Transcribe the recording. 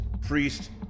Priest